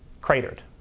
cratered